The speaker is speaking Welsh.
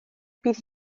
bydd